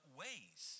ways